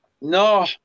No